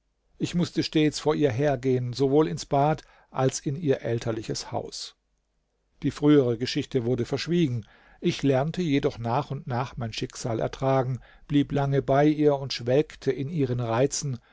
ich mußte stets vor ihr hergehen sowohl ins bad als in ihr elterliches haus die frühere geschichte wurde verschwiegen ich lernte jedoch nach und nach mein schicksal ertragen blieb lange bei ihr und schwelgte in ihren reizen